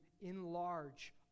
enlarge